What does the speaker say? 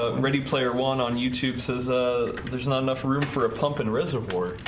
ah ready player one on youtube says ah, there's not enough room for a pump and reservoir